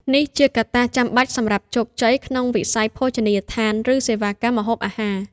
នេះជាកត្តាចាំបាច់សម្រាប់ជោគជ័យក្នុងវិស័យភោជនីយដ្ឋាន ឬសេវាកម្មម្ហូបអាហារ។